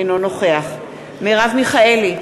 אינו נוכח מרב מיכאלי,